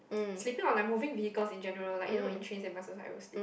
sitting on like moving vehicles in general like you know in trains and buses I always sleep